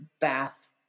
bath